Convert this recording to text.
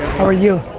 are you?